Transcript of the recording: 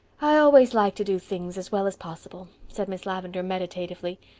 i always like to do things as well as possible, said miss lavendar meditatively,